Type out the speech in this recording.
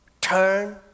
turn